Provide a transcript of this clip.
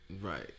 Right